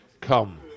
come